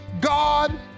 God